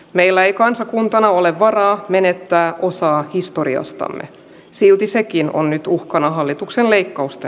meillä kansakuntana ole varaa menettää usan historiastamme silti sekin on nyt uhkana hallituksen leikkausta